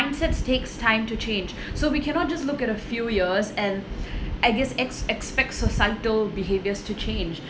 mindsets takes time to change so we cannot just look at a few years and I guess as expects societal behaviors to change